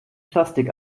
plastik